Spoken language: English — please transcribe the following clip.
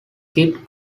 kid